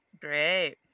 Great